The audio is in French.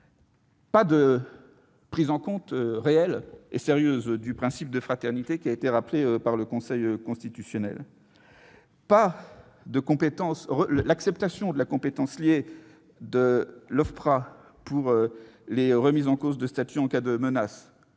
pas de prise en compte réelle et sérieuse du principe de fraternité rappelé par le Conseil constitutionnel ; acceptation de la compétence liée de l'OFPRA pour les remises en cause de statuts en cas de menace-